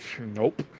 nope